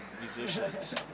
musicians